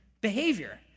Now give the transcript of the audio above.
behavior